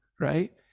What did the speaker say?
Right